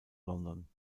london